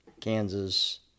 Kansas